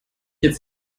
jetzt